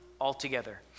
altogether